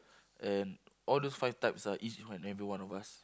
and all those five types are each everyone one of us